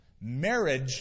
marriage